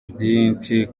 byinshi